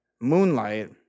Moonlight